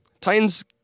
Titans